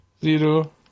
Zero